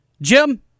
Jim